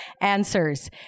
answers